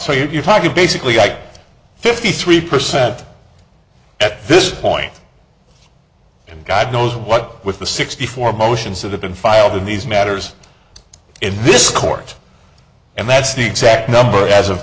so you're talking basically like fifty three percent at this point and god knows what with the sixty four motions that have been filed in these matters in this court and that's the exact number as